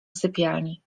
sypialni